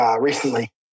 recently